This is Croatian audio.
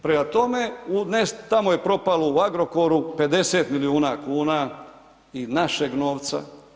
Prema tome, tamo je propalo u Agrokoru 40 milijuna kuna i našeg novca.